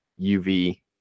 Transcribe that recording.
UV